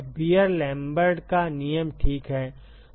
beer Lambert का नियम ठीक है